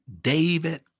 David